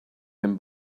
him